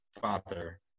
father